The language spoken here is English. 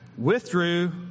withdrew